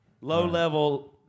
Low-level